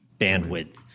bandwidth